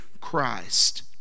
Christ